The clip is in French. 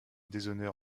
déshonneur